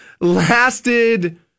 lasted